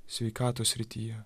sveikatos srityje